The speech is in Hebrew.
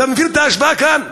אתה מבין את ההשוואה כאן?